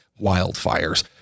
wildfires